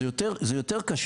זה יותר קשה.